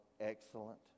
excellent